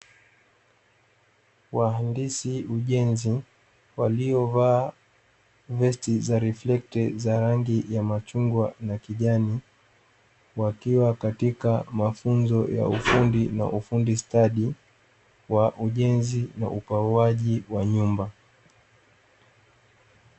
Wahandisi ujenzi waliovaa vesti za reflekta za rangi ya ya machungwa kijani wakiwa katika mafunzo ya ufundi stadi wa ujenzi na upauaji wa nyumba.